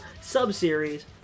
sub-series